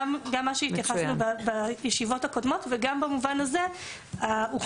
גם מה שהתייחסנו אליו בישיבות הקודמות וגם במובן הזה האוכלוסייה